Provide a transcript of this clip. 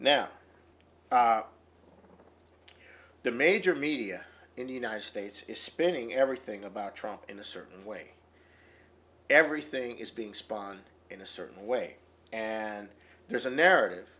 now the major media in the united states is spinning everything about trump in a certain way everything is being spawn in a certain way and there's a narrative